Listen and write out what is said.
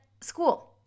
school